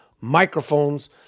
microphones